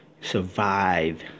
survive